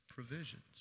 provisions